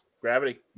Gravity